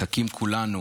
מחכים כולנו